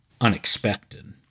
unexpected